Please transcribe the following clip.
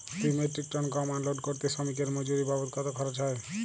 দুই metric ton গম unload করতে শ্রমিক এর মজুরি বাবদ কত খরচ হয়?